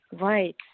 right